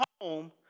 home